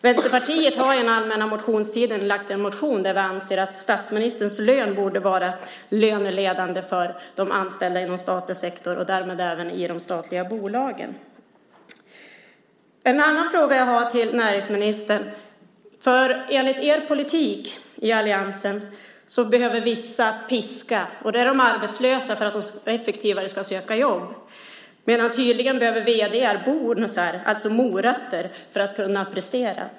Vänsterpartiet har under allmänna motionstiden väckt en motion där vi anser att statsministerns lön borde vara löneledande för de anställda inom statlig sektor och därmed även i de statliga bolagen. En annan fråga jag har till näringsministern handlar om att vissa, enligt er politik i alliansen, behöver piska. Det är de arbetslösa, för att de effektivare ska söka jobb. Vd:ar däremot behöver tydligen bonusar, alltså morötter, för att kunna prestera.